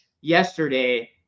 yesterday